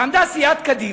עמדה סיעת קדימה,